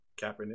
Kaepernick